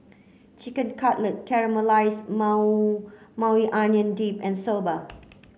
Chicken Cutlet Caramelized Maui Onion Dip and Soba